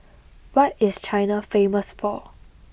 what is China famous for